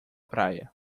praia